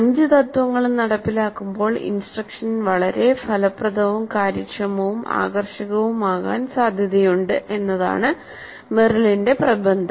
അഞ്ച് തത്ത്വങ്ങളും നടപ്പിലാക്കുമ്പോൾ ഇൻസ്ട്രക്ഷൻ വളരെ ഫലപ്രദവും കാര്യക്ഷമവും ആകർഷകവുമാകാൻ സാധ്യതയുണ്ട് എന്നതാണ് മെറിലിന്റെ പ്രബന്ധം